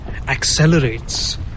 accelerates